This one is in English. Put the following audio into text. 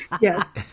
yes